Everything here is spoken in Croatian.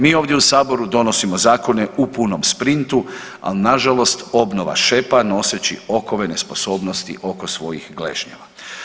Mi ovdje u Saboru donosimo zakone u punom sprintu, ali nažalost obnova šepa noseći okove nesposobnosti oko svojih gležnjeva.